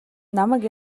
намайг